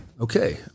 Okay